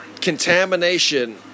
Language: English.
Contamination